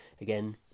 Again